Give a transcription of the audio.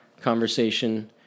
conversation